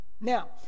Now